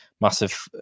massive